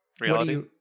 reality